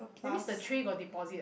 that means the tray got deposit ah